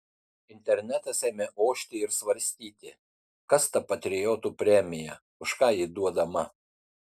internetas ėmė ošti ir svarstyti kas ta patriotų premija už ką ji duodama